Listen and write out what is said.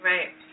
Right